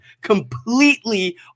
Completely